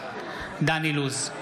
דן אילוז,